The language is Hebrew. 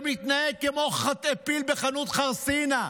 שמתנהג כמו פיל בחנות חרסינה,